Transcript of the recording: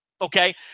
Okay